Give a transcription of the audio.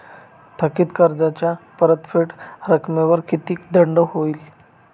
थकीत कर्जाच्या परतफेड रकमेवर किती दंड होईल?